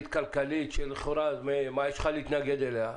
ליברלית כלכלית שלכאורה מה יש להתנגד אליה.